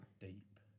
deep